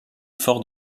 forts